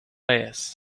reyes